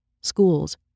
schools